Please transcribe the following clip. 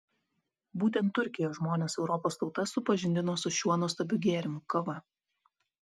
būtent turkijos žmonės europos tautas supažindino su šiuo nuostabiu gėrimu kava